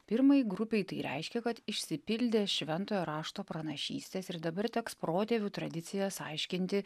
pirmai grupei tai reiškia kad išsipildė šventojo rašto pranašystės ir dabar teks protėvių tradicijas aiškinti